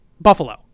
Buffalo